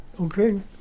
Okay